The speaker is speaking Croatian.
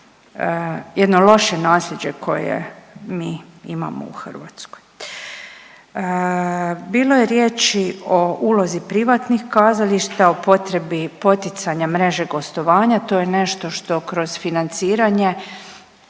jedno loše nasljeđe koje mi imamo u Hrvatskoj. Bilo je riječi o ulozi privatnih kazališta, o potrebi poticanja mreže gostovanja, to je nešto što kroz financiranje